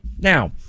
Now